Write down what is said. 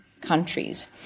countries